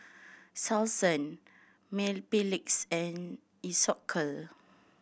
Selsun Mepilex and Isocal